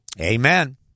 Amen